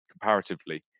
comparatively